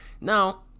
Now